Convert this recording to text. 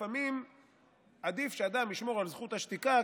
לפעמים עדיף שאדם ישמור על זכות השתיקה,